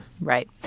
Right